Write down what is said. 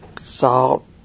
salt